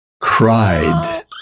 cried